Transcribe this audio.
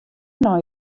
nei